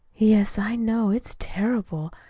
yes, i know. it's terrible.